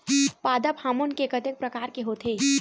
पादप हामोन के कतेक प्रकार के होथे?